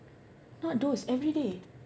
not those everyday